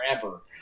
forever